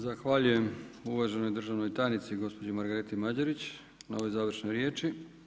Zahvaljujem uvaženoj državnoj tajnici gospođi Margareti Mađerić na ovoj završnoj riječi.